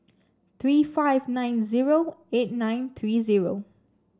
three five nine zero eight nine three zero